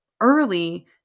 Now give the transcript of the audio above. early